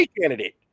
candidate